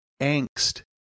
angst